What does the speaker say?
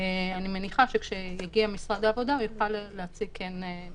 אני מניחה שכשמשרד העבודה יגיע הוא יוכל להציג את האינטרס